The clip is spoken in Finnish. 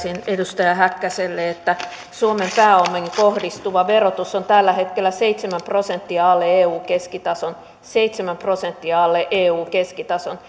edustaja häkkäselle että suomen pääomiin kohdistuva verotus on tällä hetkellä seitsemän prosenttia alle eu keskitason seitsemän prosenttia alle eu keskitason